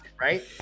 Right